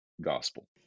gospel